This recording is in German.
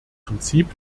prinzip